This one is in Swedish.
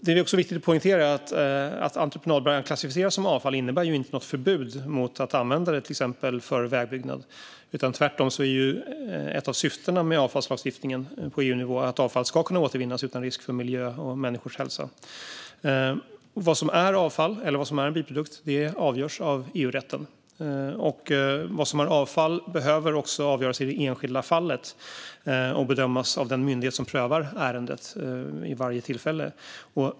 Det är också viktigt att poängtera att det faktum att entreprenadberg klassificeras som avfall inte innebär något förbud mot att använda det för till exempel vägbyggnad. Tvärtom är ett av syftena med avfallslagstiftningen på EU-nivå att avfall ska kunna återvinnas utan risk för miljö och människors hälsa. Vad som är avfall eller en biprodukt avgörs av EU-rätten. Vad som är avfall behöver också avgöras i det enskilda fallet och bedömas av den myndighet som prövar ärendet vid varje tillfälle.